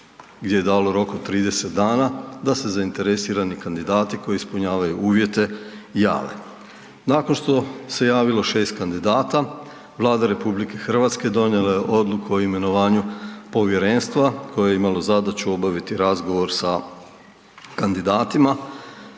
gdje je dao rok od 30 dana da se zainteresirani kandidati koji ispunjavaju uvjete jave. Nakon što se javilo 6 kandidata, Vlada RH donijela je odluku o imenovanju povjerenstva koje je imalo zadaću obaviti razgovor sa kandidatima,